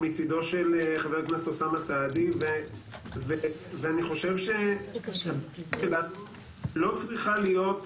מצידו של חבר הכנסת אוסאמה סעדי ואני חושב שלא צריכה להיות,